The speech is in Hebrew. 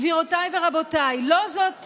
גבירותיי ורבותיי, לא זו בלבד,